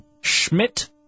Schmidt